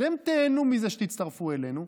אתם תיהנו מזה שתצטרפו אלינו,